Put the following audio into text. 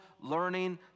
learning